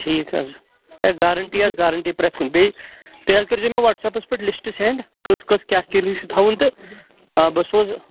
ٹھیٖک حظ ہے گارَنٛٹی حظ گارَنٛٹی پرٛٮ۪تھ کُنہِ بیٚیہِ تُہۍ حظ کٔرۍزیو مےٚ وَٹسیپَس پٮ۪ٹھ لِسٹ سٮ۪نٛڈ کٔژ کٔژ کیٛاہ کِلوٗ چھُ تھاوُن تہٕ آ بہٕ سوزٕ